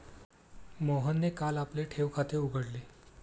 मोहितने काल आपले ठेव खाते उघडले